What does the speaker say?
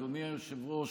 אדוני היושב-ראש,